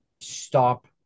stop